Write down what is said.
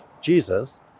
Jesus